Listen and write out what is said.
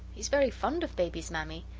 he's very fond of baby's mammy,